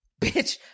Bitch